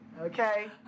Okay